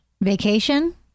Vacation